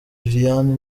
liliane